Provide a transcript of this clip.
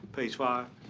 page five,